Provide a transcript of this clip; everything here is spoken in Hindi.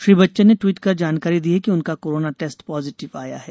श्री बच्चन ने टवीट कर जानकारी दी है कि उनका कोरोना टेस्ट पाजिटिव आया है